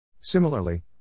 Similarly